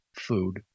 food